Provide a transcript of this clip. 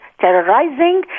terrorizing